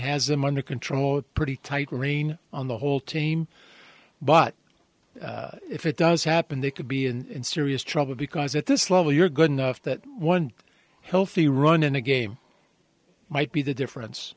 has him under control pretty tight rein on the whole team but if it does happen they could be in serious trouble because at this level you're good enough that one healthy run in a game might be the difference